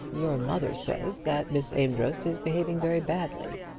your mother says that miss amedroz is behaving very badly.